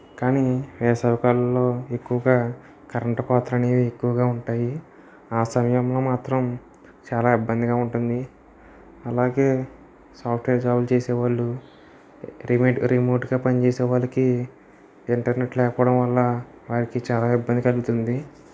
కానీ వేసవికాలంలో ఎక్కువగా కరెంటు కోతలు అనేవి ఎక్కువగా ఉంటాయి ఆ సమయంలో మాత్రం చాలా ఇబ్బందిగా ఉంటుంది అలాగే సాఫ్ట్వేర్ జాబు లు చేసేవాళ్ళు రిమోట్ గా పని చేసే వారికి ఇంటర్నెట్ లేకపోవడం వల్ల వాళ్లకి చాలా ఇబ్బంది కలుగుతుంది